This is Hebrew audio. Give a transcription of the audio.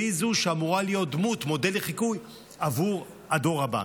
והיא זו שאמורה להיות מודל לחיקוי עבור הדור הבא.